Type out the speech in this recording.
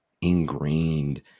ingrained